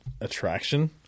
attraction